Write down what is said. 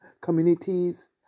communities